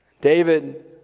David